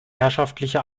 herrschaftliche